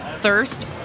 thirst